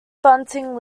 bunting